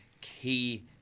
key